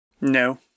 No